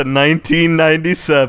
1997